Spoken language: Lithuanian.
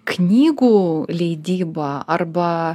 knygų leidyba arba